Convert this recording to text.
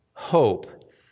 hope